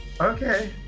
okay